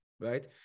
right